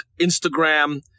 Instagram